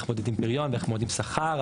איך מודדים פריון ואיך מודדים שכר.